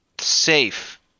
safe